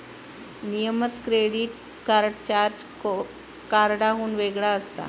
नियमित credit card charge कार्डाहुन वेगळा असता